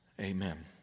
Amen